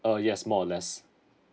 uh yes more or less